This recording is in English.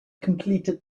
completed